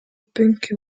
punk